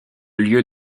lieu